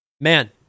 Man